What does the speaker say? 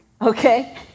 okay